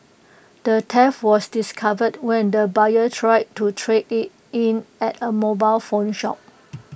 the theft was discovered when the buyer tried to trade IT in at A mobile phone shop